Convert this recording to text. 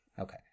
Okay